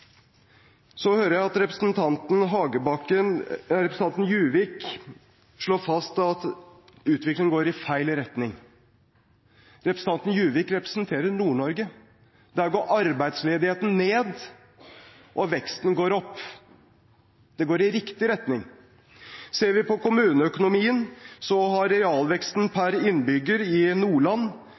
Så hører jeg at representanten Hagebakken og representanten Juvik slår fast at utviklingen går i feil retning. Representanten Juvik representerer Nord-Norge. Der går arbeidsledigheten ned, og veksten går opp. Det går i riktig retning. Ser vi på kommuneøkonomien, var realveksten per innbygger i Nordland